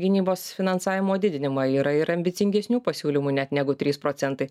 gynybos finansavimo didinimą yra ir ambicingesnių pasiūlymų net negu trys procentai